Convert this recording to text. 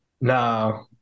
No